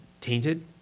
tainted